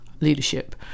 leadership